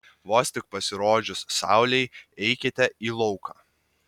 vos tik pasirodžius saulei eikite į lauką